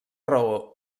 raó